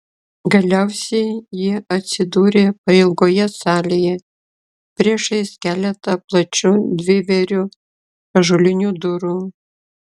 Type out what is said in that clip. galiausiai jie atsidūrė pailgoje salėje priešais keletą plačių dvivėrių ąžuolinių durų